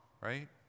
right